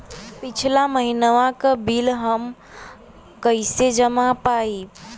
पिछला महिनवा क बिल हम कईसे जान पाइब?